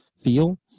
feel